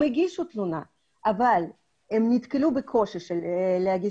הם הגישו תלונה אבל הם נתקלו בקושי להגיש